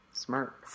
Smart